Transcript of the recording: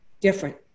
different